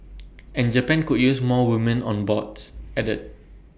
and Japan could use more women on boards added